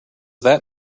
that